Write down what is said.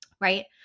right